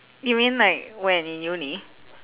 you mean like when in uni